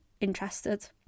interested